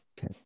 okay